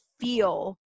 feel